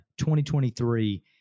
2023